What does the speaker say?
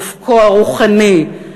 אופקו הרוחני,